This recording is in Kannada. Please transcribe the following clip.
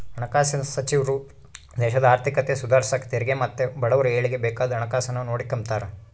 ಹಣಕಾಸಿನ್ ಸಚಿವ್ರು ದೇಶದ ಆರ್ಥಿಕತೆ ಸುಧಾರ್ಸಾಕ ತೆರಿಗೆ ಮತ್ತೆ ಬಡವುರ ಏಳಿಗ್ಗೆ ಬೇಕಾದ್ದು ಹಣಕಾಸುನ್ನ ನೋಡಿಕೆಂಬ್ತಾರ